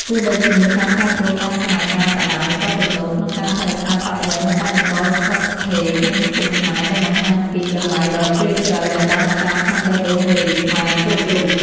ទោះបីជាមានការប្រែប្រួលតាមសម័យកាលក៏ដោយ ក៏ទំនោរក្នុងការថែរក្សាសក់វែងនៅតែបន្តស្ថិតស្ថេរក្នុងសង្គមខ្មែរ ដែលបង្ហាញពី តម្លៃដ៏ជ្រាលជ្រៅ ដែលបានចារក្នុងបេះដូងនារីខ្មែរគ្រប់រូប។